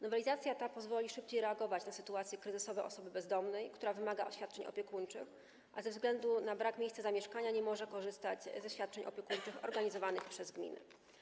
Nowelizacja ta pozwoli szybciej reagować na sytuacje kryzysowe osoby bezdomnej, która wymaga świadczeń opiekuńczych, a ze względu na brak miejsca zamieszkania nie może korzystać ze świadczeń opiekuńczych organizowanych przez gminy.